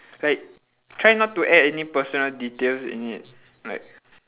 like try not to add any personal details in it like